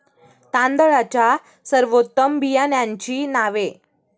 तांदळाच्या सर्वोत्तम बियाण्यांची नावे?